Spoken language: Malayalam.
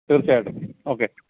തീർച്ചയായിട്ടും ഓക്കെ